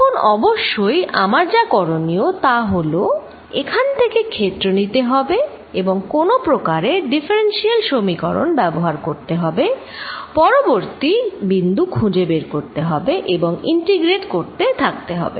তখন অবশ্যই আমার যা করণীয় তা হলো এখান থেকে ক্ষেত্র নিতে হবে এবং কোনো প্রকারে ডিফারেন্সিয়াল সমীকরণ ব্যবহার করতে হবে পরবর্তী বিন্দু খুঁজে বের করতে হবে এবং ইন্টিগ্রেট করতে থাকতে হবে